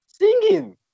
singing